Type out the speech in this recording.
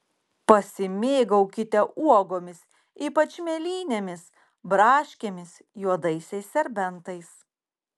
pasimėgaukite uogomis ypač mėlynėmis braškėmis juodaisiais serbentais